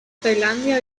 tailandia